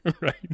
Right